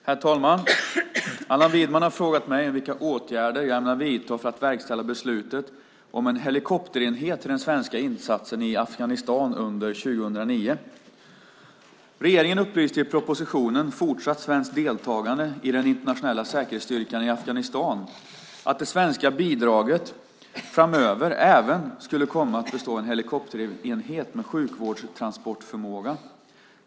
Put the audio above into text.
Herr talman! Allan Widman har frågat mig vilka åtgärder jag ämnar vidta för att verkställa beslutet om en helikopterenhet till den svenska insatsen i Afghanistan under 2009. Regeringen upplyste i propositionen Fortsatt svenskt deltagande i den internationella säkerhetsstyrkan i Afghanistan om att det svenska bidraget framöver även skulle komma att bestå av en helikopterenhet med sjukvårdstransportförmåga.